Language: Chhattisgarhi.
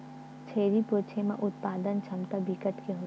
छेरी पोछे म उत्पादन छमता बिकट के होथे